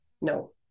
No